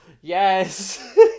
Yes